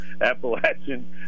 Appalachian